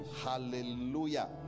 hallelujah